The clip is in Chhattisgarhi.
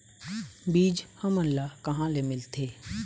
बीज हमन ला कहां ले मिलथे?